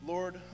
Lord